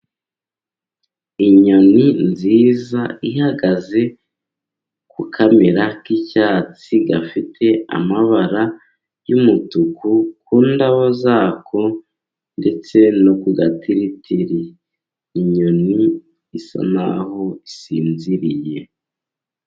Inyoni nziza, ihagaze ku kamera k'icyatsi, gafite amabara y'umutuku ku ndabo zako ndetse no ku gatiritiri. Inyoni isa n'aho isinziriye.